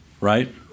right